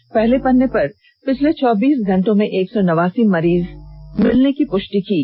अपने पहले पन्ने पर पिछले चौबीस घंटों में एक सौ नवासी मरीज मिलने की पुष्टि की है